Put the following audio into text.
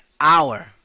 hour